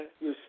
Yes